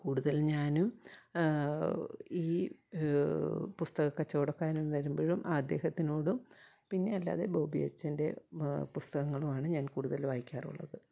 കൂടുതല് ഞാനും ഈ പുസ്തകക്കച്ചവടക്കാരന് വരുമ്പോഴും അദ്ദേഹത്തിനോടും പിന്നെ അല്ലാതെ ബോബി അച്ചന്റെ പുസ്തകങ്ങളുമാണ് ഞാന് കൂടുതൽ വായിക്കാറുള്ളത്